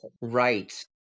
Right